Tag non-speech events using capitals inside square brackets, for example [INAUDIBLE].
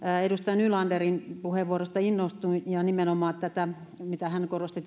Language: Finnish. edustaja nylanderin puheenvuorosta innostuin ja nimenomaan tästä yleissivistävyydestä mitä hän korosti [UNINTELLIGIBLE]